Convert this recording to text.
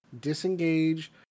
disengage